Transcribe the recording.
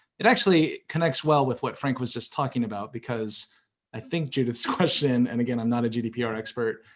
it actually connects well with what frank was just talking about because i think judith's question and again, i'm not a gdpr expert,